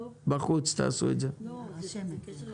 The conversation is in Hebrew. והשארת